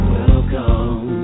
Welcome